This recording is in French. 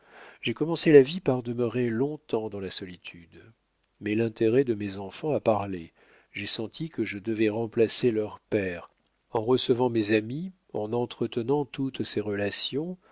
j'ai commencé la vie par demeurer long-temps dans la solitude mais l'intérêt de mes enfants a parlé j'ai senti que je devais remplacer leur père en recevant mes amis en entretenant toutes ces relations